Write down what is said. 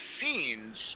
scenes